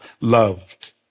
loved